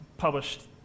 Published